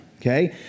okay